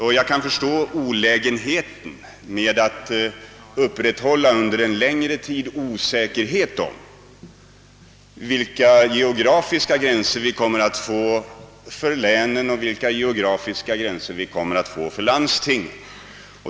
Jag kan också förstå olägenheten av att det under en längre tid råder osäkerhet om vilka geografiska gränser länen och landstingen kommer att erhålla.